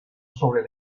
sobre